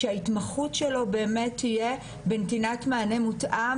שההתמחות שלו באמת תהיה בנתינת מענה מותאם